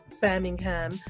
Birmingham